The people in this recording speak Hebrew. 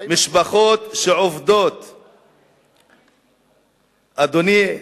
40%. אדוני,